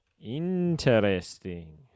interesting